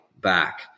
back